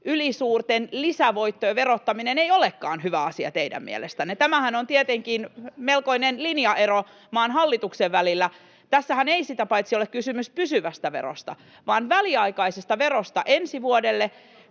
ylisuurten lisävoittojen verottaminen ei olekaan hyvä asia? Tämähän on tietenkin melkoinen linjaero teidän ja maan hallituksen välillä. Tässähän ei sitä paitsi ole kysymys pysyvästä verosta vaan väliaikaisesta verosta ensi vuodelle,